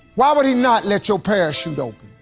why would he not let your parachute open?